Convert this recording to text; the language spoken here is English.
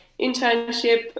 internship